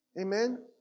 Amen